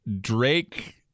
Drake